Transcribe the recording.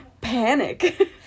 Panic